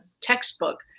textbook